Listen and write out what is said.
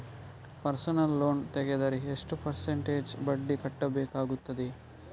Personal loan ತೆಗೆದರೆ ಎಷ್ಟು percentage ಬಡ್ಡಿ ಕಟ್ಟಬೇಕಾಗುತ್ತದೆ?